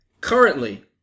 currently